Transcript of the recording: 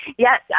Yes